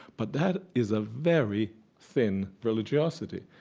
but that is a very thin religiosity.